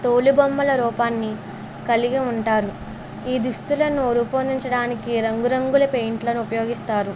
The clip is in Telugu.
తోలు బొమ్మల రూపాన్ని కలిగి ఉంటారు ఈ దుస్తులను రూపొందించడానికి రంగురంగుల పెయింట్లను ఉపయోగిస్తారు